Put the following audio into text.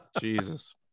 Jesus